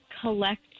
collect